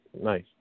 nice